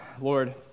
Lord